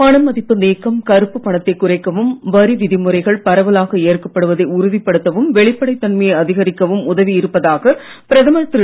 பணமதிப்பு நீக்கம் கருப்பு பணத்தை குறைக்கவும் வரிவிதிமுறைகள் பரவலாக ஏற்கப்படுவதை உறுதிப் படுத்தவும் வெளிப்படை தன்மையை அதிகரிக்கவும் உதவி இருப்பதாக பிரதமர் திரு